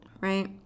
right